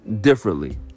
Differently